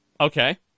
Okay